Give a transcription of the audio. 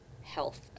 health